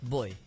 Boy